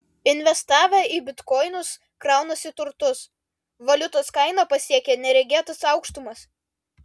investavę į bitkoinus kraunasi turtus valiutos kaina pasiekė neregėtas aukštumas